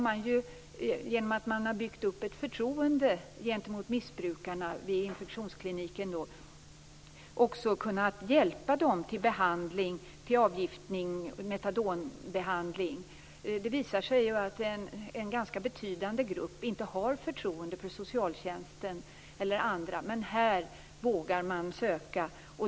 Man har, genom att man har byggt upp ett förtroende gentemot missbrukarna vid infektionskliniken, också kunnat hjälpa dem till avgiftning och metadonbehandling. Det visar sig att en ganska betydande grupp inte har förtroende för socialtjänsten eller andra, men hit vågar de söka.